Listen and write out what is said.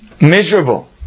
miserable